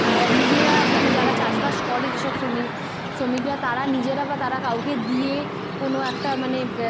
নিজেরা মানে যারা চাষবাস করে যেসব শ্রমিক শ্রমিকরা তারা নিজেরা বা তারা কাউকে দিয়ে কোনো একটা মানে